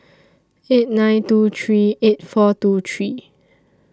eight nine two three eight four two three